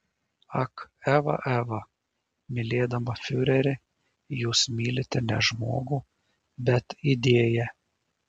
ak eva eva mylėdama fiurerį jūs mylite ne žmogų bet idėją